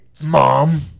Mom